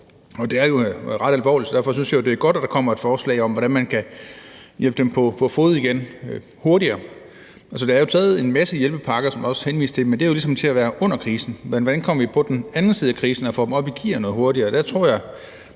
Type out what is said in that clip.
Det er jo ret alvorligt, så derfor synes jeg, at det er godt, at der kommer et forslag om, hvordan man hurtigere kan hjælpe dem på fode igen. Altså, der er jo stadig en masse hjælpepakker, som der også er blevet henvist til, men de skal ligesom virke under krisen. Men hvordan kommer vi på den anden side af krisen og får virksomhederne op i gear noget hurtigere? Det her